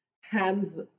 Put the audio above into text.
hands